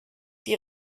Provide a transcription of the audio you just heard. die